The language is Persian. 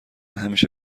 همیشه